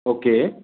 okay